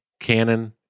Canon